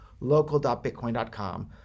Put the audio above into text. local.bitcoin.com